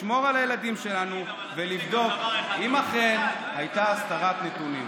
לשמור על הילדים שלנו ולבדוק אם אכן הייתה הסתרת נתונים.